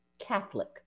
Catholic